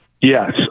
Yes